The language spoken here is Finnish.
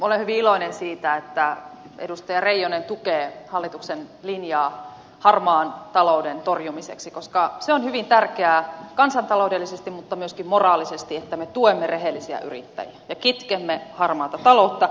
olen hyvin iloinen siitä että edustaja reijonen tukee hallituksen linjaa harmaan talouden torjumiseksi koska se on hyvin tärkeää kansantaloudellisesti mutta myöskin moraalisesti että me tuemme rehellisiä yrittäjiä ja kitkemme harmaata taloutta